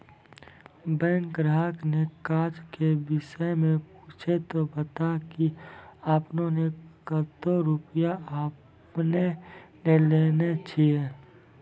Bank ग्राहक ने काज के विषय मे पुछे ते बता की आपने ने कतो रुपिया आपने ने लेने छिए?